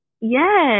yes